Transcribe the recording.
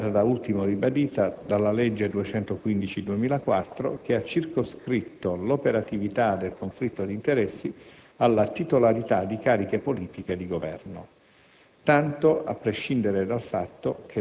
Tale netta separazione è stata da ultimo ribadita dalla legge n. 215 del 2004, che ha circoscritto l'operatività del conflitto di interessi alla titolarità di cariche politiche di Governo.